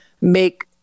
make